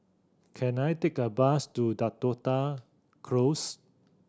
can I take a bus to Dakota Close